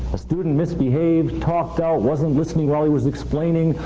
a student misbehaved, talked out, wasn't listening while he was explaining,